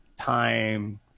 time